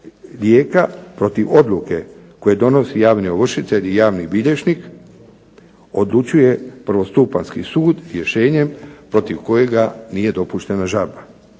lijeka protiv odluke koju donosi javni ovršitelj i javni bilježnik odlučuje prvostupanjski sud rješenjem protiv kojega nije dopuštena žalbe.